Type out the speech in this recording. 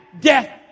death